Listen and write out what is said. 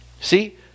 See